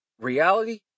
reality